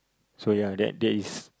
so ya that that is